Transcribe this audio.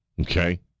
Okay